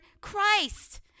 Christ